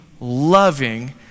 loving